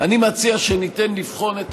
אני מציע שניתן לבחון את